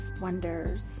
Wonders